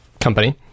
company